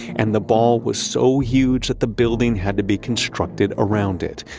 and the ball was so huge that the building had to be constructed around it.